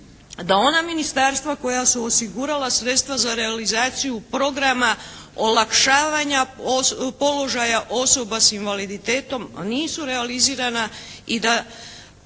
da ona ministarstva koja su osigurala sredstva za realizaciju programa olakšavanja položaja osoba s invaliditetom nisu realizirana